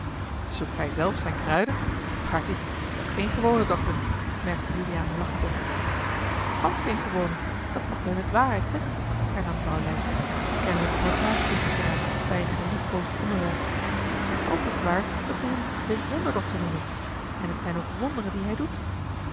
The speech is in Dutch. zoekt hij zelf zijne kruiden pardi dat's geen gewone dokter merkte juliaan lachend op gansch geen gewone dat mag men met waarheid zeggen hernam vrouw lijsbeth kennelijk op haar praatstoeltje geraakt bij een geliefdkoosd onderwerp ook is t waar dat zij hem den wonderdokter noemen en het zijn ook wonderen die hij doet